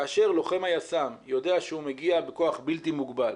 כאשר לוחם היס"מ יודע שהוא מגיע בכוח בלתי מוגבל,